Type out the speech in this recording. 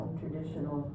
traditional